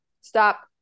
Stop